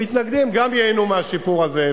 המתנגדים גם ייהנו מהשיפור הזה.